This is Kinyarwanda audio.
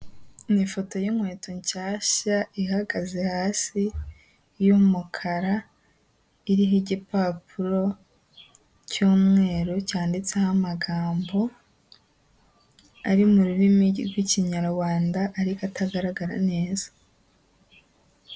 Ni ifoto y'inkweto nshyashya ihagaze hasi y'umukara, iriho igipapuro cy'umweru cyanditseho amagambo ari mu rurimi rw'Ikinyarwanda ariko atagaragara neza.